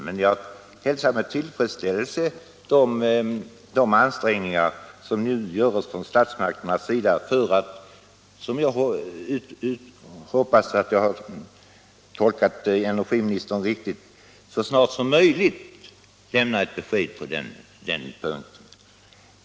Om jag tolkat energiministern rätt arbetar man emellertid på att så snart som möjligt lämna ett besked på den punkten, och det hälsar jag med tillfredsställelse.